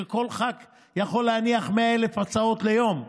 כשכל ח"כ יכול להניח 100,000 הצעות ליום,